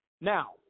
Now